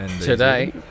today